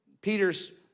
Peter's